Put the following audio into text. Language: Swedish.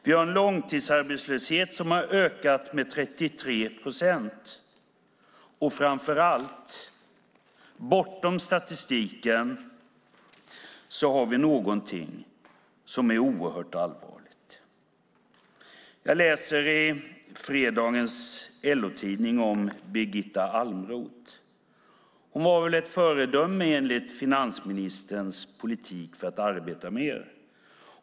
Vi har en långtidsarbetslöshet som har ökat med 33 procent, och framför allt: Bortom statistiken har vi någonting som är oerhört allvarligt. Jag läser i fredagens LO-tidning om Birgitta Almroth. Hon var ett föredöme, enligt finansministerns politik för att arbeta mer.